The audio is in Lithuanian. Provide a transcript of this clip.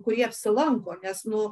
kurie apsilanko nes nu